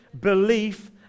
belief